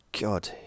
God